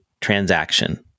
transaction